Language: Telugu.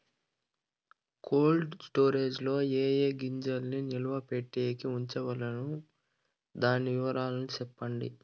కోల్డ్ స్టోరేజ్ లో ఏ ఏ గింజల్ని నిలువ పెట్టేకి ఉంచవచ్చును? దాని వివరాలు సెప్పండి?